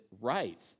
right